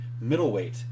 middleweight